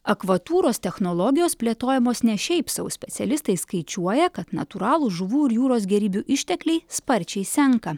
akvatūros technologijos plėtojamos ne šiaip sau specialistai skaičiuoja kad natūralūs žuvų ir jūros gėrybių ištekliai sparčiai senka